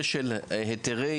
שלא כל אחד יתפרץ לדברי